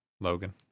Logan